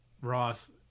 Ross